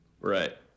right